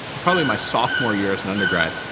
probably my sophomore year as an undergrad,